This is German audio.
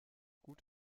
gut